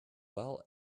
well